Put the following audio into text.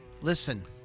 listen